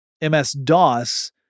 MS-DOS